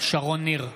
שרון ניר,